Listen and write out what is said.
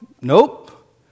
Nope